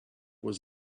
was